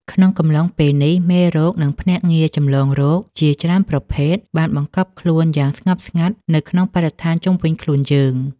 ក្នុងកំឡុងពេលនេះ មេរោគ និងភ្នាក់ងារចម្លងរោគជាច្រើនប្រភេទបានបង្កប់ខ្លួនយ៉ាងស្ងប់ស្ងាត់នៅក្នុងបរិស្ថានជុំវិញខ្លួនយើង។